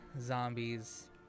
zombies